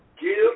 Give